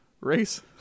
race